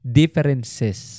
differences